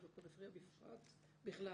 ובפריפריה בכלל,